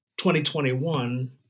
2021